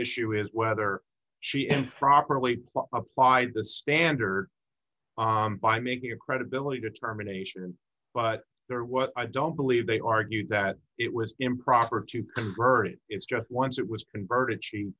issue is whether she improperly applied the standard by making a credibility determination but there what i don't believe they argued that it was improper to convert it's just once it was converted she